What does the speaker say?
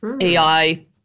AI